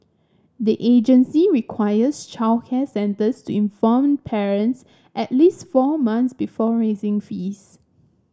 the agency requires childcare centres to inform parents at least four months before raising fees